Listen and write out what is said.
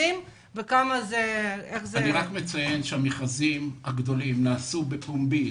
אני רק אציין שהמכרזים הגדולים נעשו בפומבי,